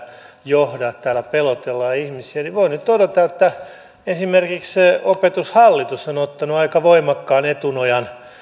johda että täällä pelotellaan ihmisiä niin voin nyt todeta että esimerkiksi opetushallitus on ottanut aika voimakkaan etunojan